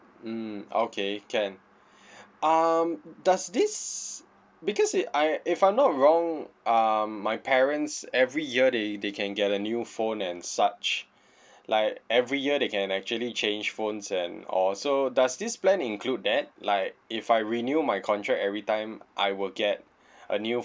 mm okay can um does this because it I if I'm not wrong um my parents every year they they can get a new phone and such like every year they can actually change phones and all so does this plan include that like if I renew my contract every time I will get a new